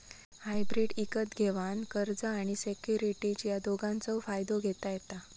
hybrid इकत घेवान कर्ज आणि सिक्युरिटीज या दोघांचव फायदो घेता येता